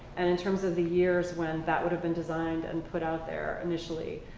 and in terms of the years when that would have been designed and put out there initially,